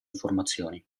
informazioni